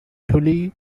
tully